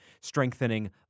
strengthening